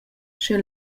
sche